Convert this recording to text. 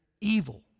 evil